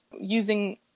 using